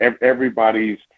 everybody's